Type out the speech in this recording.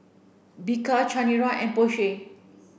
Bika Chanira and Porsche